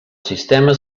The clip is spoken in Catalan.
sistema